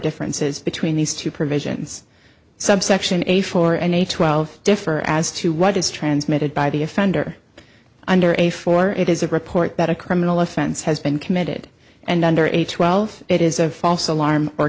differences between these two provisions subsection a four and a twelve differ as to what is transmitted by the offender under a four it is a report that a criminal offense has been committed and under age twelve it is a false alarm or